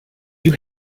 you